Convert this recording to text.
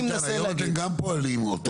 איתן היום אתם גם פועלים אותו דבר.